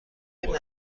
این